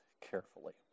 carefully